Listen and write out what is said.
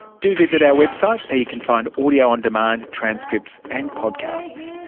do visit our website, there you can find audio on demand, transcripts and podcasts.